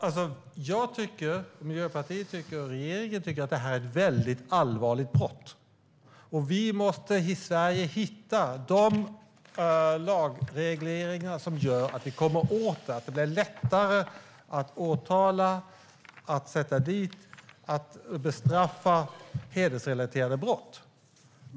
Herr talman! Jag, Miljöpartiet och regeringen anser att detta är ett mycket allvarligt brott. Vi måste hitta de lagregleringar som gör att vi kommer åt detta, så att det blir lättare att åtala, sätta dit och bestraffa de personer som har begått hedersrelaterade brott.